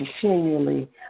continually